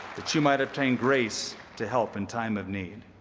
that you might obtain grace to help in time of need.